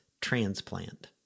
transplant